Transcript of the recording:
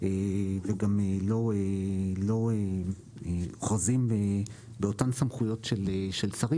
גם אם הם לא אוחזים באותן סמכויות של שרים,